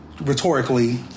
rhetorically